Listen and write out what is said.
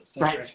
Right